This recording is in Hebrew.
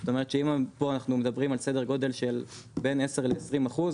זאת אומרת שאם פה אחנו מדברים על סדר גודל של בין 10 ל-20 אחוז,